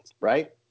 right